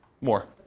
More